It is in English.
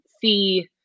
see